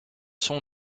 son